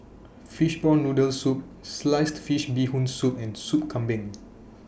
Fishball Noodle Soup Sliced Fish Bee Hoon Soup and Sop Kambing